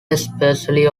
especially